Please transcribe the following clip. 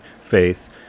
faith